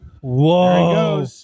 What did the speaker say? Whoa